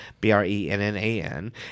B-R-E-N-N-A-N